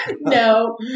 No